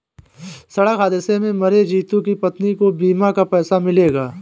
सड़क हादसे में मरे जितू की पत्नी को बीमा का पैसा मिलेगा